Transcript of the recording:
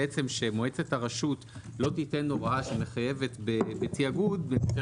שמועצת הרשות לא תיתן הוראה שמחייבת בתיאגוד במקרה